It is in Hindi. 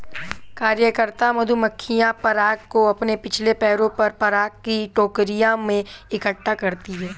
कार्यकर्ता मधुमक्खियां पराग को अपने पिछले पैरों पर पराग की टोकरियों में इकट्ठा करती हैं